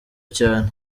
cyane